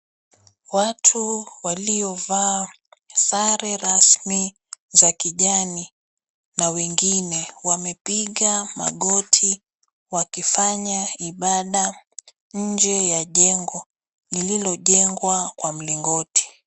Watu waliovaa sare rasmi za kijani, na wengine wamepiga magoti wakifanya ibaada nje ya jengo lililojengwa kwa mlingoti.